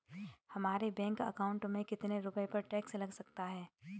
हमारे bank account में कितने रुपये पर टैक्स लग सकता है?